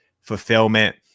fulfillment